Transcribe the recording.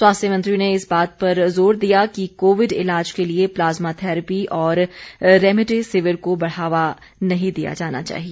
स्वास्थ्य मंत्री ने इस बात पर जोर दिया कि कोविड इलाज के लिए प्लाज्मा थेरेपी और रेमडेसिविर को बढ़ावा नहीं दिया जाना चाहिए